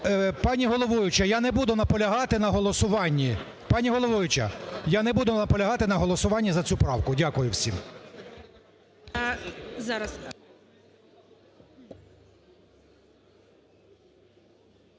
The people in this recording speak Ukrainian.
Пані головуюча, я не буду наполягати на голосуванні за цю правку. Дякую всім.